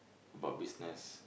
about business